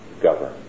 govern